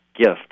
gift